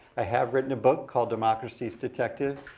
i have written a book called democracy's detectives.